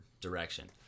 direction